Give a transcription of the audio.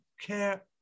care